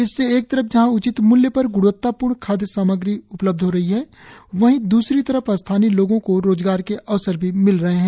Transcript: इससे एक तरफ जहाँ उचित मूल्य पर ग्णवत्ता पूर्ण खाद्य पदार्थ उपलब्ध हो रहा है वहीं दूसरी तरफ स्थानीय लोगों को रोजगार के अवसर भी मिल रहे हैं